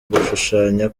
gushushanya